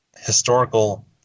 historical